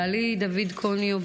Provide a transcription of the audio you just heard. בעלי דוד קוניו,